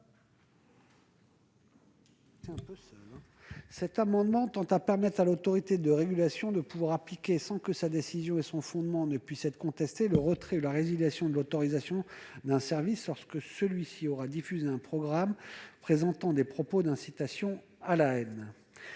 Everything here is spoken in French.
Cet amendement tend à permettre à l'autorité de régulation d'appliquer, sans que sa décision et le fondement de celle-ci puissent être contestés, le retrait ou la résiliation de l'autorisation d'un service, lorsque l'opérateur aura diffusé un programme contenant des propos d'incitation à la haine.